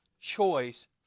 choice